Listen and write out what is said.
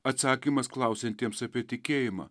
atsakymas klausiantiems apie tikėjimą